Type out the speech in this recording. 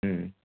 হুম